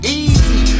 easy